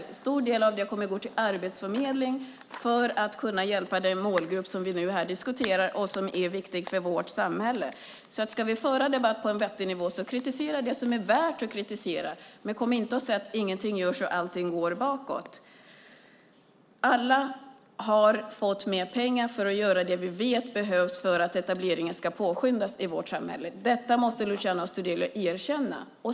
En stor del kommer att gå till Arbetsförmedlingen för att man ska kunna hjälpa den målgrupp som vi nu diskuterar och som är viktig för vårt samhälle. Ska debatten föras på en vettig nivå, kritisera då det som är värt att kritisera. Men kom inte och säg att ingenting görs och att allting går bakåt. Alla har fått mer pengar för att göra det vi vet behövs för att etableringen i vårt samhälle ska påskyndas. Detta måste Luciano Astudillo erkänna.